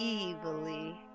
Evilly